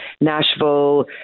Nashville